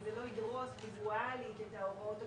זה לא ידרוס ויזואלית את ההוראות הקודמות,